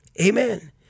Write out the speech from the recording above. Amen